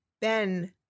Ben